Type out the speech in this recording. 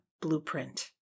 blueprint